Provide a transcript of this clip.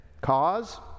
Cause